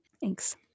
Thanks